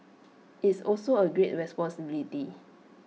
it's also A great responsibility